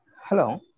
Hello